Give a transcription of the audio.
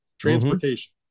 transportation